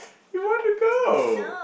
you want to go